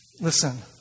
Listen